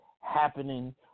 happening